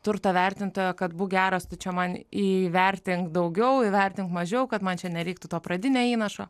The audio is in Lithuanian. turto vertintojo kad būk geras tu čia man į įvertink daugiau įvertink mažiau kad man čia nereiktų to pradinio įnašo